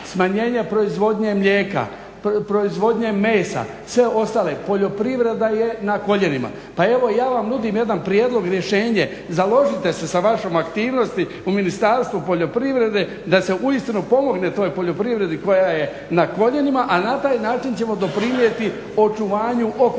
smanjenja proizvodnje mlijeka, proizvodnje mesa sve ostale, poljoprivreda je na koljenima. Pa evo ja vam nudim jedan prijedlog, rješenje, založite sa vašom aktivnosti u Ministarstvu poljoprivrede da se uistinu pomogne toj poljoprivredi koja je na koljenima, a na taj način ćemo doprinijeti očuvanju okoliša.